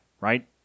right